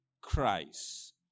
Christ